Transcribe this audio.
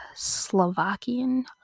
Slovakian